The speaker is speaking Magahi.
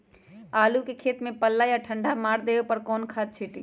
आलू के खेत में पल्ला या ठंडा मार देवे पर कौन खाद छींटी?